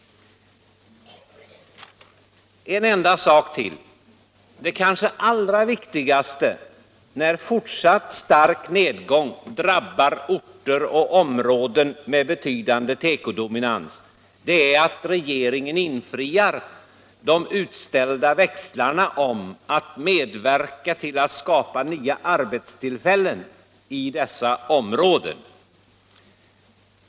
En enda sak till. Det kanske allra viktigaste när fortsatt stark nedgång drabbar orter och områden med betydande tekodominans är att regeringen infriar de utställda växlarna om att medverka till att skapa nya arbetstillfällen i dessa områden.